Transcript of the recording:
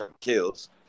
kills